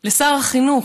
לשר החינוך,